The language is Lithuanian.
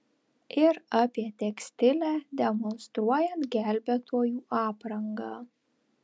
ir apie tekstilę demonstruojant gelbėtojų aprangą